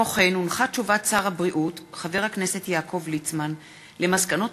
ותשובת שר הבריאות חבר הכנסת יעקב ליצמן על מסקנות